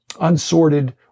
unsorted